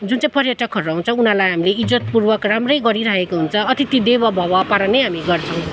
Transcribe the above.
जुन चाहिँ पर्यटकहरू आउँछ उनीहरूलाई हामीले इज्जत पुर्वक राम्रै गरिराखेको हुन्छ अतिथि देवो भव पारा नै हामी गर्छौँ